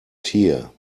tear